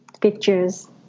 pictures